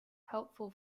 helpful